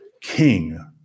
King